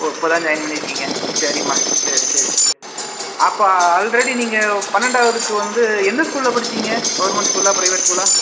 ஓ இப்போ தான் ஜாயிண்ட் பண்ணிருக்கீங்க சரிம்மா சரி சரி அப்போ ஆல்ரெடி நீங்கள் பன்னெண்டாவதுக்கு வந்து எந்த ஸ்கூலில் படிச்சீங்க கவர்மெண்ட் ஸ்கூலா ப்ரைவேட் ஸ்கூலா